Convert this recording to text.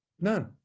none